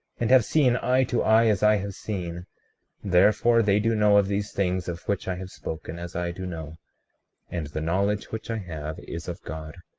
and have seen eye to eye as i have seen therefore they do know of these things of which i have spoken, as i do know and the knowledge which i have is of god.